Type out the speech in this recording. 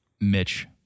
Mitch